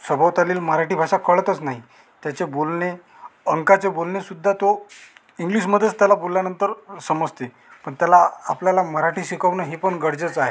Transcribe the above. सभोवतालील मराठी भाषा कळतच नाही त्याचे बोलणे अंकाचे बोलणे सुद्धा तो इंग्लिशमध्येच त्याला बोलल्यानंतर समजते पण त्याला आपल्याला मराठी शिकवणे हे पण गरजेचं आहे